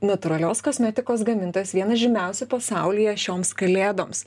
natūralios kosmetikos gamintojas vienas žymiausių pasaulyje šioms kalėdoms